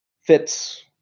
Fitz